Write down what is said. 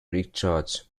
richards